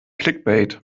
clickbait